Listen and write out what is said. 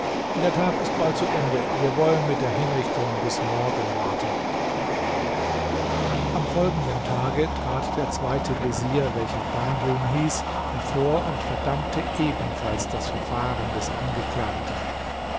der tag ist bald zu ende wir wollen mit der hinrichtung bis morgen warten am folgenden tage trat der zweite vezier welcher bahrun hieß hervor und verdammte ebenfalls das verfahren des angeklagten